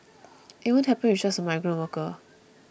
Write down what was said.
it won't happen with just a migrant worker